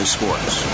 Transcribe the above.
Sports